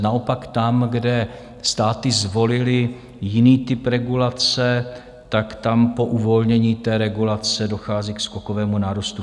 Naopak tam, kde státy zvolily jiný typ regulace, tak tam po uvolnění regulace dochází k skokovému nárůstu.